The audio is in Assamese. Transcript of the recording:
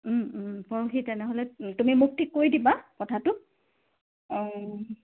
পৰহি তেনেহ'লে তুমি মুক্তিক কৈ দিবা কথাটো অঁ